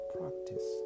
practice